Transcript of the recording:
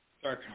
Sorry